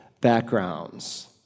backgrounds